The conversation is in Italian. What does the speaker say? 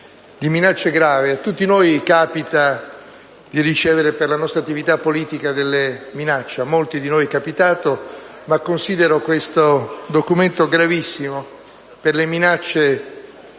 di minacce gravi. A tutti noi capita, per la nostra attività politica, di ricevere minacce. A molti di noi è capitato, ma considero questo documento gravissimo per le minacce